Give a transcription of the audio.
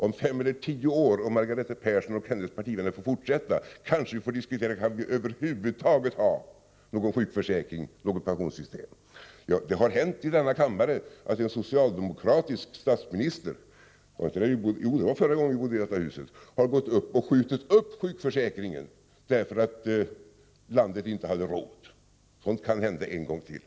Om fem eller tio år — om Margareta Persson och hennes partivänner får fortsätta — kanske vi får diskutera: Kan vi över huvud taget ha någon sjukförsäkring, något pensionssystem? Det har hänt i denna kammare — förra gången vi bodde i detta hus — att en socialdemokratisk statsminister har gått upp och skjutit upp en sjukförsäkring, därför att landet inte hade råd. Sådant kan hända en gång till.